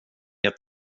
jag